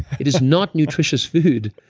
it is not nutritious food.